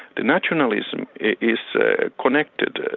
the nationalism is ah connected,